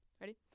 Ready